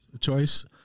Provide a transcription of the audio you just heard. Choice